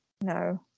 No